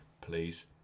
Please